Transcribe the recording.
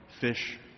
fish